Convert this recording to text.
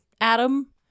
Adam